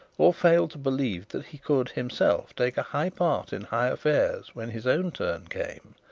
or failed to believe that he could himself take a high part in high affairs when his own turn came.